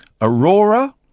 Aurora